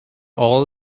all